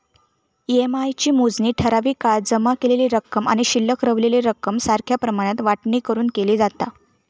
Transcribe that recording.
EMI ची मोजणी ठराविक काळात जमा केलेली रक्कम आणि शिल्लक रवलेली रक्कम सारख्या प्रमाणात वाटणी करून केली जाता